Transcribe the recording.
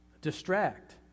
distract